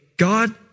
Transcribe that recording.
God